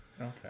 Okay